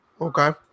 Okay